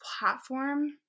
platform